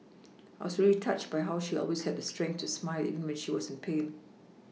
I was really touched by how she always had the strength to smile even when she was in pain